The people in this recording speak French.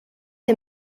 est